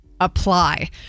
Apply